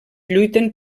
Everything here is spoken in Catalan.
lluiten